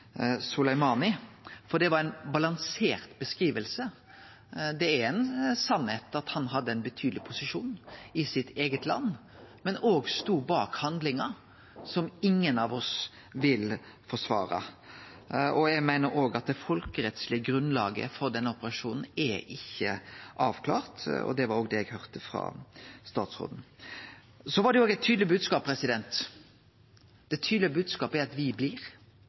for det var ei balansert beskriving. Det er ei sanning at han hadde ein betydeleg posisjon i sitt eige land, men òg stod bak handlingar som ingen av oss vil forsvare. Eg meiner at det folkerettslege grunnlaget for denne operasjonen ikkje er avklara, og det var òg det eg høyrde frå statsråden. Det var òg ein tydeleg bodskap: Den tydelege bodskapen er at me blir